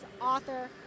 author